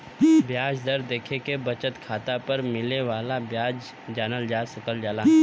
ब्याज दर देखके बचत खाता पर मिले वाला ब्याज जानल जा सकल जाला